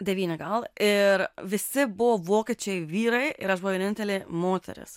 devyni gal ir visi buvo vokiečiai vyrai ir aš buvau vienintelė moteris